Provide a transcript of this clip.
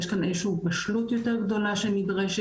יש כאן איזו שהיא בשלות יותר גדולה שנדרשת,